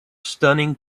stunning